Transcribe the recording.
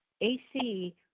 AC